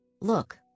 Look